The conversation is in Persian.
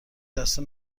دسته